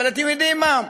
אבל אתם יודעים מה,